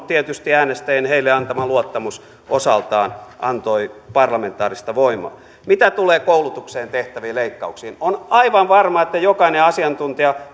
tietysti äänestäjien heille antama luottamus osaltaan antoi parlamentaarista voimaa mitä tulee koulutukseen tehtäviin leikkauksiin niin on aivan varma että jokainen asiantuntija